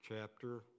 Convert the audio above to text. chapter